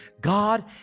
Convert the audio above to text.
God